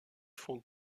font